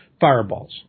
fireballs